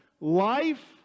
life